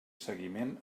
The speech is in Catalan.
seguiment